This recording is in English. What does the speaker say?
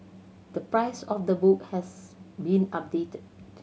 the price of the book has been updated